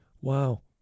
Wow